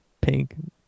pink